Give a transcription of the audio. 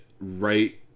right